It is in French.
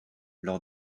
lors